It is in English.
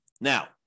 Now